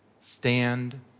stand